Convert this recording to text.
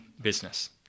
business